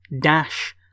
dash